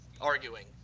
arguing